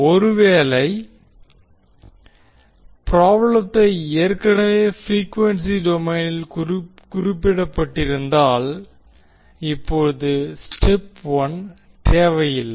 ஒருவேளை ப்ராப்ளத்தை ஏற்கனவே ப்ரீக்வென்சி டொமைனில் குறிப்பிடப்பட்டிருந்தால் இப்போது ஸ்டெப் 1 தேவையில்லை